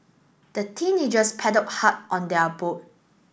the teenagers paddled hard on their boat